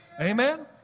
Amen